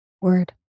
Word